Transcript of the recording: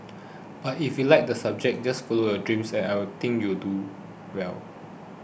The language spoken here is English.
but if you like the subject just follow your dreams and I think you'll do well